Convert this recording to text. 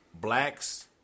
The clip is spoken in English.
blacks